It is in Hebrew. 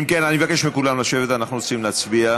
אם כן, אני מבקש מכולם לשבת, אנחנו רוצים להצביע.